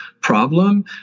problem